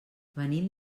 venim